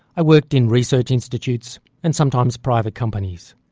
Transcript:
i worked in research institutes, and sometimes private companies.